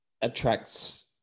attracts